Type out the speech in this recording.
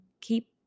keep